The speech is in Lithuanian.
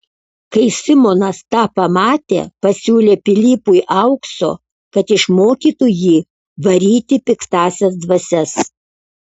kai simonas tą pamatė pasiūlė pilypui aukso kad išmokytų jį varyti piktąsias dvasias